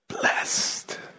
blessed